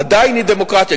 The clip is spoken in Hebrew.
עדיין היא דמוקרטיה.